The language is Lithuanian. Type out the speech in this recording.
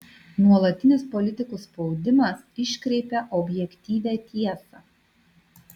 nuolatinis politikų spaudimas iškreipia objektyvią tiesą